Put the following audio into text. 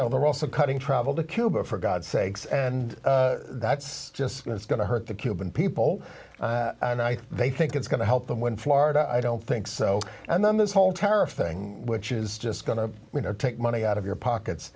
know they're also cutting travel to cuba for god's sakes and that's just going to hurt the cuban people and i they think it's going to help them win florida i don't think so and then this whole tariff thing which is just going to take money out of your pockets